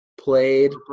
played